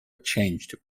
changed